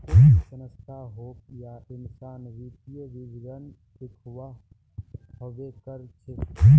कोई भी संस्था होक या इंसान वित्तीय विवरण दखव्वा हबे कर छेक